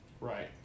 Right